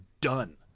done